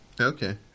Okay